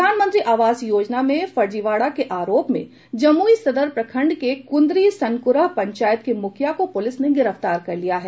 प्रधानमंत्री आवास योजना में फर्जीवाड़ा के आरोप में जमुई सदर प्रखंड के कुन्द्री सनकुरह पंचायत के मुखिया को पुलिस ने गिरफ्तार कर लिया है